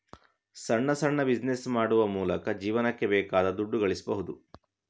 ಸಣ್ಣ ಸಣ್ಣ ಬಿಸಿನೆಸ್ ಮಾಡುವ ಮೂಲಕ ಜೀವನಕ್ಕೆ ಬೇಕಾದ ದುಡ್ಡು ಗಳಿಸ್ಬಹುದು